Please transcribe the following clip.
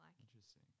Interesting